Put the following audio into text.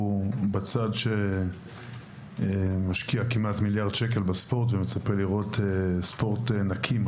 הוא בצד שמשקיע כמעט מיליארד שקל בספורט ומצפה לראות ספורט נקי.